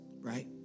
right